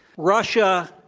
russia,